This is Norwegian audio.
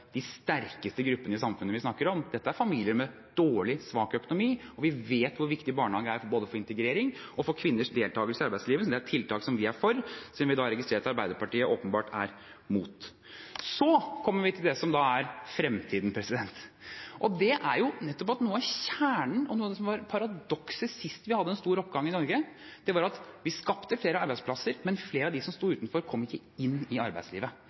de sterkeste gruppene i samfunnet vi snakker om, dette er familier med dårlig økonomi. Vi vet hvor viktig barnehage er både for integrering og for kvinners deltakelse i arbeidslivet. Det er tiltak vi er for, men som vi registrerer at Arbeiderpartiet åpenbart er imot. Så kommer vi til det som er fremtiden, og det er nettopp at noe av kjernen og noe av det som var paradokset sist vi hadde en stor oppgang i Norge, var at vi skapte flere arbeidsplasser, men flere av dem som sto utenfor, kom ikke inn i arbeidslivet.